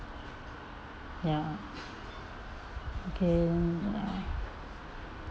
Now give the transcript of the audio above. ya okay